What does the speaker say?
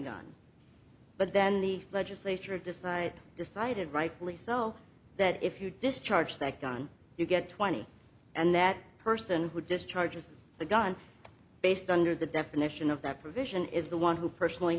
gun but then the legislature decides decided rightfully so that if you discharge that gun you get twenty and that person who discharges the gun based under the definition of that provision is the one who personally